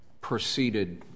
proceeded